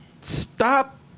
stop